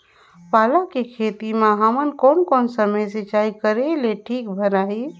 पाला के खेती मां हमन कोन कोन समय सिंचाई करेले ठीक भराही?